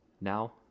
Now